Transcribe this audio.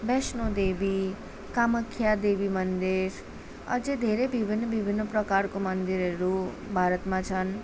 वैष्णो देवी कामाख्या देवी मन्दिर अझै धेरै विभिन्न विभिन्न प्रकारको मन्दिरहरू भारतमा छन्